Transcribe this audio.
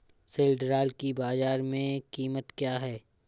सिल्ड्राल की बाजार में कीमत क्या है?